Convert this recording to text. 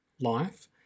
life